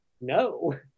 no